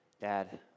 Dad